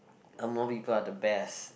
among people are the best